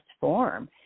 form